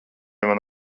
man